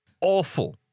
awful